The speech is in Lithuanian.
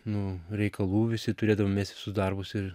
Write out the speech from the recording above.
nu reikalų visi turėdavom mest visus darbus ir